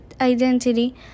identity